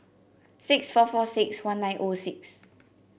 six four four six one nine zero six